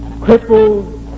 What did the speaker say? crippled